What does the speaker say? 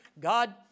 God